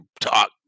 talk